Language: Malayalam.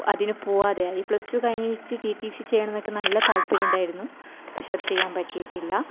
പ് അതിന് പോവാതെ ആയി പ്ലസ് ടു കഴിഞ്ഞിട്ട് ടി ടി സി ചെയ്യണമെന്നൊക്കെ നല്ല താല്പര്യമുണ്ടായിരുന്നു പക്ഷേ അത് ചെയ്യാൻ പറ്റിയിട്ടില്ല